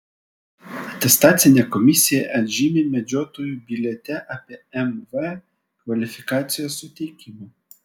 atestacinė komisija atžymi medžiotojų biliete apie mv kvalifikacijos suteikimą